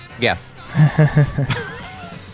Yes